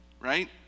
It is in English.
right